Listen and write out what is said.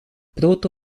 proto